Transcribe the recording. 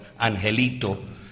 Angelito